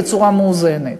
בצורה מאוזנת.